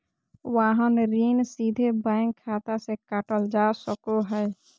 वाहन ऋण सीधे बैंक खाता से काटल जा सको हय